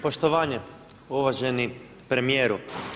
Poštovanje uvaženi premijeru.